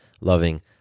loving